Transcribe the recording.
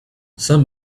some